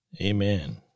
Amen